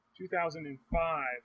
2005